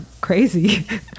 crazy